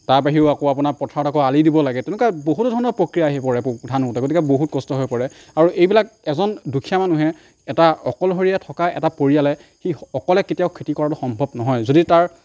তাৰ বাহিৰেও আকৌ আপোনাৰ পথাৰত আকৌ আলি দিব লাগে তেনেকুৱা বহুতো ধৰণৰ প্ৰক্ৰিয়া আহি পৰে ধান ৰোওঁতে গতিকে বহুত কষ্ট হৈ পৰে আৰু এইবিলাক এজন দুখীয়া মানুহে এটা অকলশৰীয়া থকা এটা পৰিয়ালে সি অকলে কেতিয়াও খেতি কৰাটো সম্ভৱ নহয় যদি তাৰ